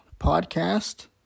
podcast